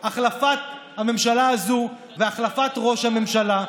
החלפת הממשלה הזאת והחלפת ראש הממשלה,